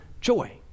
joy